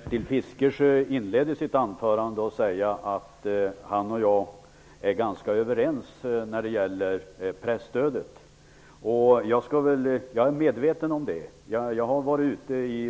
Fru talman! Bertil Fiskesjö inledde sitt anförande med att säga att han och jag är ganska överens när det gäller presstödet. Jag är medveten om det. Jag har